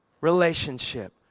relationship